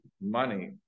money